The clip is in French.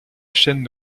chaîne